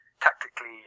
tactically